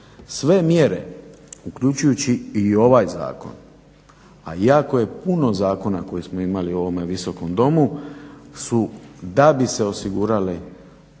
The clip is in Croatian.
Sve mjere, uključujući i ovaj zakon, a jako je puno zakona koje smo imali u ovome Visokom domu su da bi se osigurala